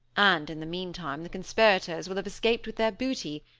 and, in the meantime, the conspirators will have escaped with their booty,